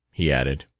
he added.